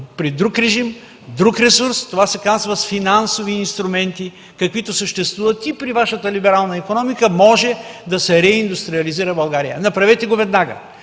при друг режим друг ресурс. Това се казва „финансови инструменти”, каквито съществуват и при Вашата либерална икономика. България може да се реиндустриализира. Направете го веднага.